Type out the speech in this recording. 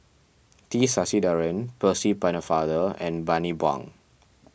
T Sasitharan Percy Pennefather and Bani Buang